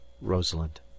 rosalind